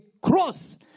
cross